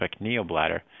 neobladder